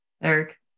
eric